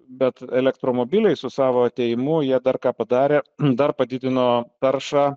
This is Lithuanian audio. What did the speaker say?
bet elektromobiliai su savo atėjimu jie dar ką padarė dar padidino taršą